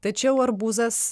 tačiau arbūzas